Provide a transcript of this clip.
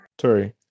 Sorry